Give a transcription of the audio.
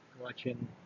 watching